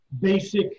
basic